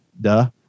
duh